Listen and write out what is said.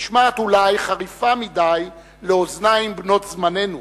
נשמעת אולי חריפה מדי לאוזניים בנות זמננו,